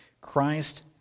Christ